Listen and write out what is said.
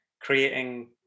creating